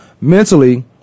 mentally